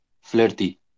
Flirty